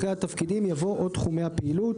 אחרי "התפקידים" יבוא "או תחומי הפעילות".